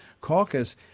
caucus